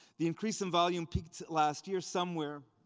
the increase in volume peaked last year somewhere.